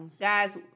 guys